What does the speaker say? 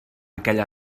aquella